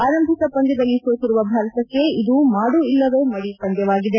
ಆರಂಭಿಕ ಪಂದ್ಯದಲ್ಲಿ ಸೋತಿರುವ ಭಾರತಕ್ಕೆ ಇದು ಮಾಡು ಇಲ್ಲವೇ ಮಡಿ ಪಂದ್ಯವಾಗಿದೆ